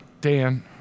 Dan